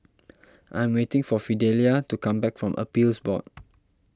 I am waiting for Fidelia to come back from Appeals Board